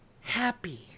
happy